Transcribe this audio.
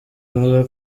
avuga